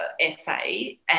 essay